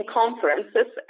conferences